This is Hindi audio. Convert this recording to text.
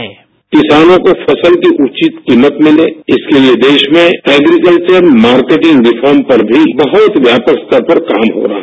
बाईट किसानों को फसल की उचित कीमत मिले इसके लिए देश में एग्रीकल्चर मार्केटिंग रिफॉर्म पर भी बहुत व्यापक स्तर पर काम हो रहा है